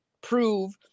prove